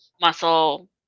muscle